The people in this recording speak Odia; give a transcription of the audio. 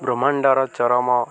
ବ୍ରହ୍ମାଣ୍ଡର ଚରମ